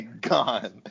gone